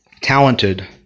talented